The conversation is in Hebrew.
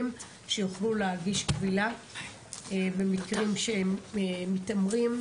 שיוכלו להגיש קבילה במקרים שמתעמרים,